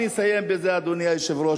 אדוני היושב-ראש,